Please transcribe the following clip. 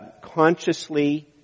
consciously